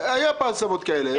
לא, אבל היו פעם שאלות כאלה.